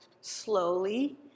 slowly